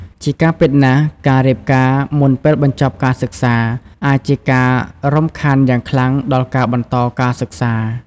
ជាការពិតណាស់ ការរៀបការមុនពេលបញ្ចប់ការសិក្សាអាចជាការរំខានយ៉ាងខ្លាំងដល់ការបន្តការសិក្សា ។